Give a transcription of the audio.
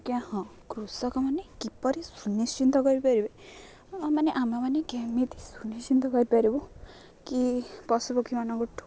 ଆଜ୍ଞା ହଁ କୃଷକମାନେ କିପରି ସୁନିଶ୍ଚିନ୍ତ କରିପାରିବେ ମାନେ ଆମେମାନେ କେମିତି ସୁନିଶ୍ଚିନ୍ତ କରିପାରିବୁ କି ପଶୁ ପକ୍ଷୀମାନଙ୍କଠୁ